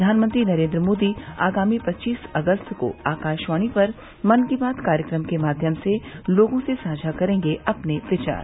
प्रधानमंत्री नरेन्द्र मोदी आगामी पच्चीस अगस्त को आकाशवाणी पर मन की बात कार्यक्रम के माध्यम से लोगों से साझा करेंगे अपने विचार